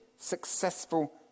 successful